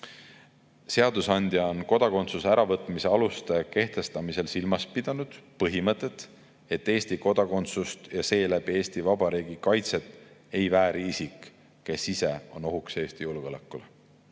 Seadusandja on kodakondsuse äravõtmise aluste kehtestamisel silmas pidanud põhimõtet, et Eesti kodakondsust ja seeläbi Eesti Vabariigi kaitset ei vääri isik, kes ise on ohuks Eesti julgeolekule.